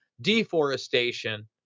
deforestation